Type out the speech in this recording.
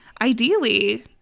ideally